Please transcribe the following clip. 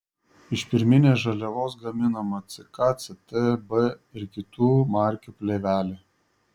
iš pirminės žaliavos gaminama ck ct b ir kitų markių plėvelė